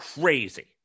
crazy